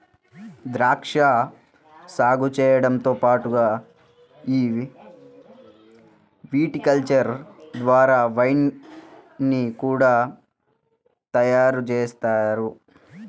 ద్రాక్షా సాగు చేయడంతో పాటుగా ఈ విటికల్చర్ ద్వారా వైన్ ని కూడా తయారుజేస్తారు